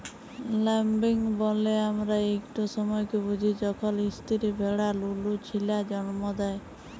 lambing ব্যলে আমরা ইকট সময়কে বুঝি যখল ইস্তিরি ভেড়া লুলু ছিলা জল্ম দেয়